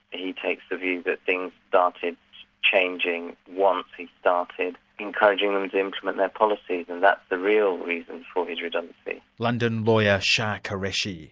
he takes the view that things started changing once he started encouraging them to implement their policies, and that's the real reason for his redundancy. london lawyer, shah qureshi.